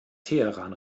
teheran